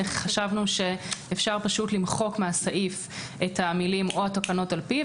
חשבנו שאפשר פשוט למחוק מהסעיף את המילים: "או התקנות על פיו",